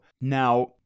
Now-